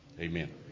Amen